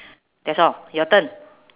that's all your turn